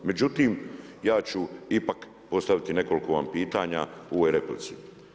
Međutim, ja ću ipak postaviti nekoliko vam pitanja u ovoj replici.